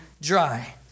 dry